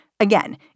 Again